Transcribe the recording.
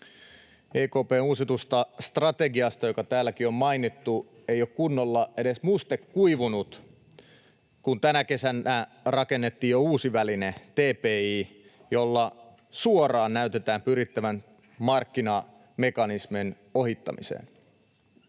EKP:n uusitusta strategiasta, joka täälläkin on mainittu, ei ole kunnolla edes muste kuivunut, kun tänä kesänä rakennettiin jo uusi väline, TPI, jolla suoraan näytetään pyrittävän markkinamekanismien ohittamiseen.